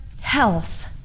health